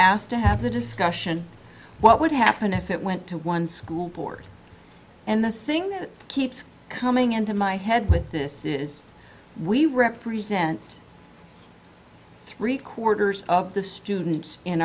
asked to have the discussion what would happen if it went to one school board and the thing that keeps coming into my head with this is we represent recorders of the students in